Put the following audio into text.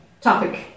topic